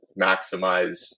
maximize